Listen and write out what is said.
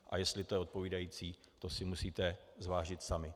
A jestli to je odpovídající, to si musíte zvážit sami.